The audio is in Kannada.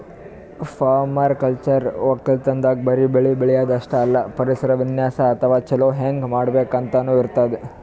ಪರ್ಮಾಕಲ್ಚರ್ ವಕ್ಕಲತನ್ದಾಗ್ ಬರಿ ಬೆಳಿ ಬೆಳ್ಯಾದ್ ಅಷ್ಟೇ ಅಲ್ಲ ಪರಿಸರ ವಿನ್ಯಾಸ್ ಅಥವಾ ಛಲೋ ಹೆಂಗ್ ಮಾಡ್ಬೇಕ್ ಅಂತನೂ ಇರ್ತದ್